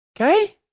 Okay